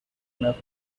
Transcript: enough